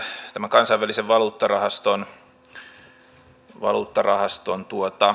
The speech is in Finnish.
tämän kansainvälisen valuuttarahaston valuuttarahaston